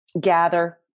gather